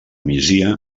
migdia